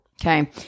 okay